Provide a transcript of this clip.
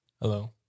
Hello